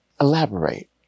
Elaborate